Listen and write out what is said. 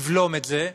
לבלום את זה,